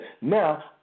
now